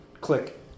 Click